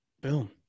Boom